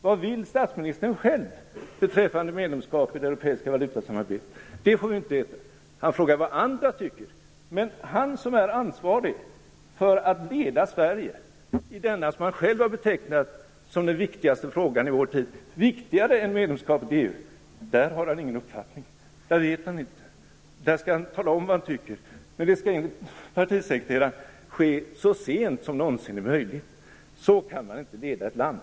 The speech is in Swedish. Vad vill statsministern själv beträffande medlemskap i det europeiska valutasamarbetet? Det får vi inte veta. Han frågar vad andra tycker. Han som är ansvarig för att leda Sverige i denna som han själv har betecknat som den viktigaste frågan i vår tid, viktigare än medlemskapet i EU, har ingen uppfattning. Han vet inte. Han skall tala om vad han tycker. Det skall enligt partisekreteraren ske så sent som någonsin är möjligt. Så kan man inte leda ett land.